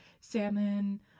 salmon